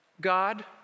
God